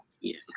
Yes